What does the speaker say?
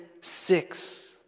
six